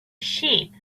sheep